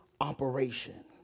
operation